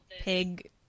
pig